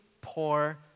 poor